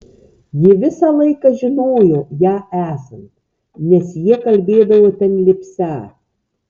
ji visą laiką žinojo ją esant nes jie kalbėdavo ten lipsią